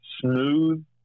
smooth